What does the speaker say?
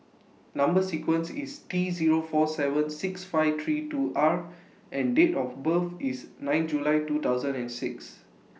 Number sequence IS T Zero four seven six five three two R and Date of birth IS nine July two thousand and six